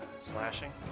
Slashing